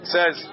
Says